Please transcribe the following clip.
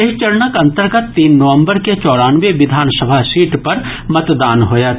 एहि चरणक अन्तर्गत तीन नवम्बर के चौरानवे विधानसभा सीट पर मतदान होयत